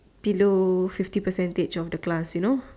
below fifty percentage for the class you know